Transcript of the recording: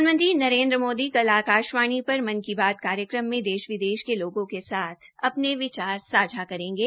प्रधानमंत्री नरेन्द्र मोदी कल आकाशवाणी पर मन की बात कार्यकम में देश विदेश के लोगों के साथ अपने विचार सांझा करेंगे